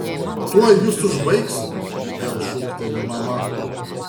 tuoj jus užbaigsiu vėl šūkteli mama